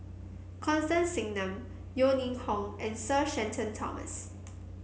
Constance Singam Yeo Ning Hong and Sir Shenton Thomas